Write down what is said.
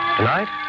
Tonight